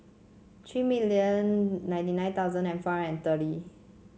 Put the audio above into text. three million ninety nine thousand and four hundred and thirty